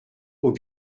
aux